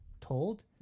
told